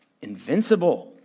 Invincible